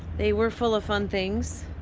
they were full of fun things.